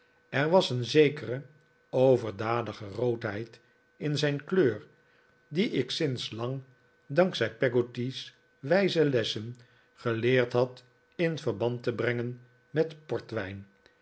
er was een zekere overdadige roodheid in zijn kleur die ik al sinds lang dank zij peggotty's wijze lessen geleerd had in verband te brengen met portwijn